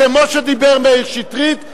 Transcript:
כמו שדיבר מאיר שטרית,